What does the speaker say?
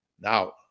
Now